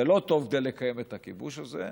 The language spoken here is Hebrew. זה לא טוב כדי לקיים את הכיבוש הזה.